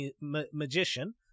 magician